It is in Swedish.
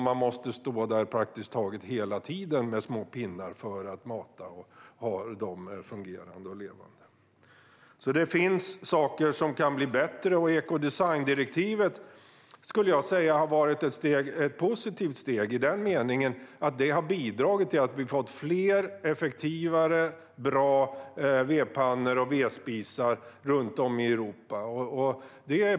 Man måste stå där och mata dem med små pinnar praktiskt taget hela tiden för att hålla elden vid liv. Det finns alltså saker som kan bli bättre. Ekodesigndirektivet har, skulle jag säga, varit ett positivt steg i den meningen att det har bidragit till att vi har fått fler och effektivare vedpannor och vedspisar runt om i Europa.